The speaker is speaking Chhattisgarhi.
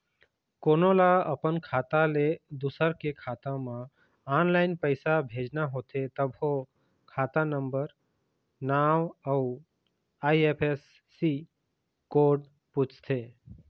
कोनो ल अपन खाता ले दूसर के खाता म ऑनलाईन पइसा भेजना होथे तभो खाता नंबर, नांव अउ आई.एफ.एस.सी कोड पूछथे